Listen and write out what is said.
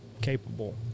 capable